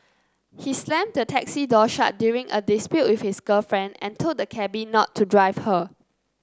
he slammed the taxi door shut during a dispute with his girlfriend and told the cabby not to drive her